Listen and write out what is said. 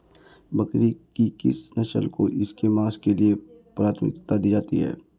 बकरी की किस नस्ल को इसके मांस के लिए प्राथमिकता दी जाती है?